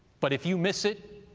but if you miss it,